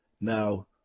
Now